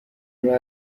همه